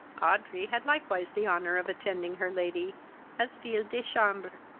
audrey had likewise the honour of attending her lady as fille de chambre,